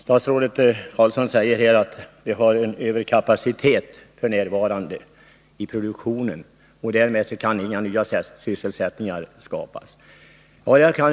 Herr talman! Statsrådet Carlsson säger att vi f. n. har överkapacitet i produktionen och att nya sysselsättningstillfällen därför inte kan skapas.